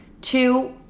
Two